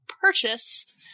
purchase